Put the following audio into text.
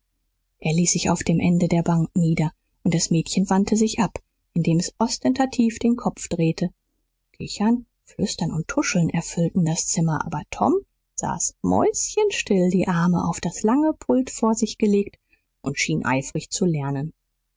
er ließ sich auf dem ende der bank nieder und das mädchen wandte sich ab indem es ostentativ den kopf drehte kichern flüstern und tuscheln erfüllten das zimmer aber tom saß mäuschenstill die arme auf das lange pult vor sich gelegt und schien eifrig zu lernen